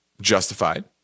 justified